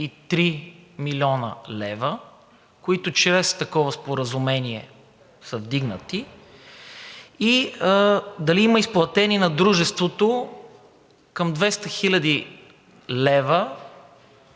млн. лв., които чрез такова споразумение са вдигнати, и дали има изплатени на Дружеството към 200 хил. лв.,